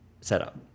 setup